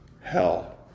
hell